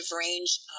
range